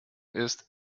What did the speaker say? ist